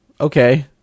okay